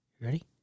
ready